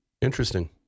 Interesting